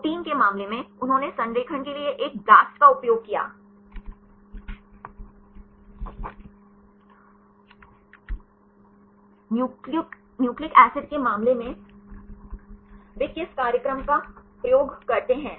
protein के मामले में उन्होंने संरेखण के लिए एक blastp का उपयोग किया न्यूक्लिक एसिड के मामले में वे किस कार्यक्रम का उपयोग करते हैं